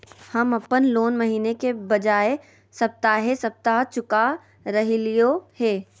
हम अप्पन लोन महीने के बजाय सप्ताहे सप्ताह चुका रहलिओ हें